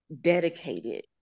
dedicated